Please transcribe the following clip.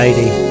Lady